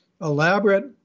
elaborate